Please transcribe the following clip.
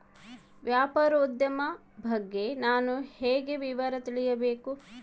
ವ್ಯಾಪಾರೋದ್ಯಮ ಬಗ್ಗೆ ನಾನು ಹೇಗೆ ವಿವರ ತಿಳಿಯಬೇಕು?